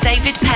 David